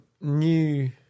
new